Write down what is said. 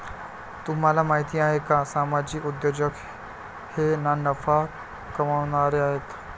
तुम्हाला माहिती आहे का सामाजिक उद्योजक हे ना नफा कमावणारे आहेत